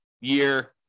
year